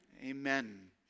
Amen